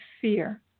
fear